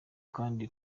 kandi